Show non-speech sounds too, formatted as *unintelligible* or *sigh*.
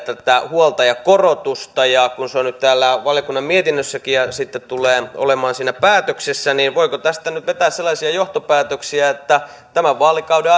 tätä huoltajakorotusta ja kun se on nyt täällä valiokunnan mietinnössäkin ja sitten tulee olemaan siinä päätöksessä niin voiko tästä nyt vetää sellaisia johtopäätöksiä että tämän vaalikauden *unintelligible*